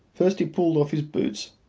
first he pulled off his boots,